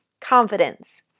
confidence